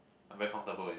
very comfortable eh